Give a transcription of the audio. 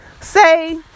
say